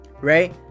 Right